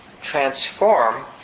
transform